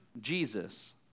Jesus